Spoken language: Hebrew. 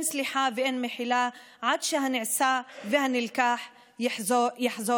סליחה ואין מחילה עד שהנעשה והנלקח יחזור,